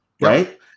right